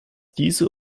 diese